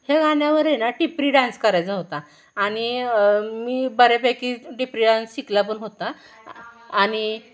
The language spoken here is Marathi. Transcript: हे गाण्यावर आहे ना टिपरी डान्स करायचा होता आणि मी बऱ्यापैकी टिपरी डान्स शिकला पण होता आणि